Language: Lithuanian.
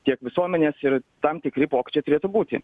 tiek visuomenės ir tam tikri pokyčiai turėtų būti